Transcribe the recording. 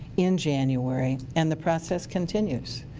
in january and the process continues.